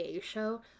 show